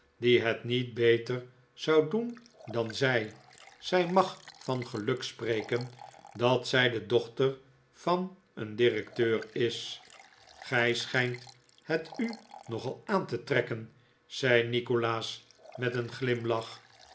die het niet beter zou doen dan zij zij mag van geluk spreken dat zij de dochter van een directeur is gij schijnt het u nogal aan te trekken zei nikolaas met een glimlach